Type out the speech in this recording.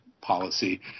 policy